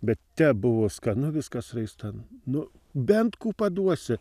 bet tep buvo skanu viskas raistan nu bent kų paduosi